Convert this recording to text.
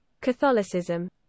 Catholicism